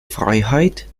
freiheit